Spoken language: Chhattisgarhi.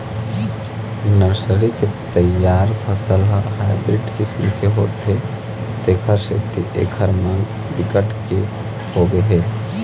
नर्सरी के तइयार फसल ह हाइब्रिड किसम के होथे तेखर सेती एखर मांग बिकट के होगे हे